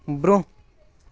برٛونٛہہ